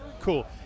Cool